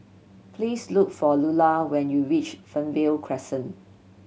please look for Lular when you reach Fernvale Crescent